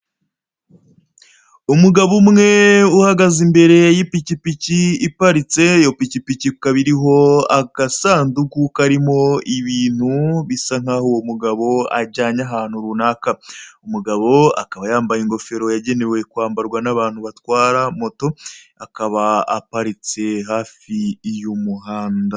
Umugabo umwe uhagaze imbere y'ipikipiki iparitse iyi pikipiki ikaba ariho agasanduku karimo ibintu uwo mugabo ajyanye ahantu runaka. uwo mugabo akaba yambaye ingofero yagenewe abantu batwara moto ito pikipiki ikaba iparitse imbere y'umuhanda.